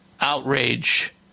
outrage